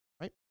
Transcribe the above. right